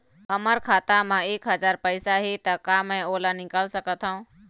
हमर खाता मा एक हजार पैसा हे ता का मैं ओला निकाल सकथव?